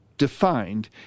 Defined